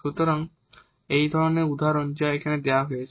সুতরাং সুতরাং এই ধরণের একটি উদাহরণ দেখুন যা এখানে দেওয়া হয়েছে